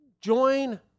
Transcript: join